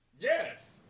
Yes